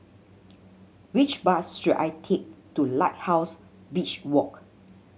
which bus should I take to Lighthouse Beach Walk